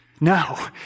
No